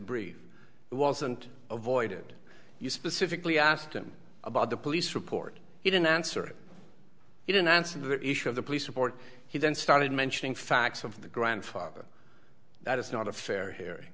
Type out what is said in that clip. brief it wasn't avoided you specifically asked him about the police report he didn't answer he didn't answer the issue of the police report he then started mentioning facts of the grandfather that is not a fair he